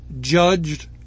judged